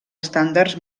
estàndards